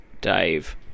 dave